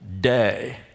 day